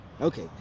okay